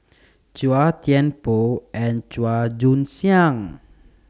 Chua Thian Poh and Chua Joon Siang